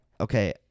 okay